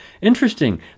Interesting